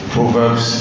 Proverbs